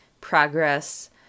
progress